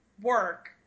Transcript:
work